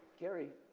gerry.